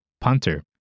punter